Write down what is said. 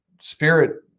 spirit